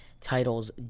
titles